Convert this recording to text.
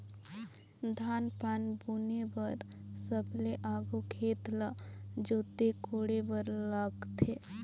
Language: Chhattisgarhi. धान पान बुने बर सबले आघु खेत ल जोते कोड़े बर लगथे